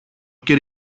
και